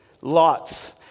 lots